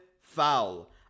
foul